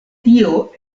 tio